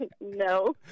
No